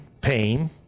pain